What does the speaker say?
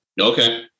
Okay